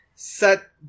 Set